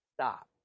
Stop